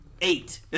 eight